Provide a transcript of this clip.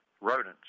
Rodents